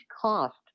cost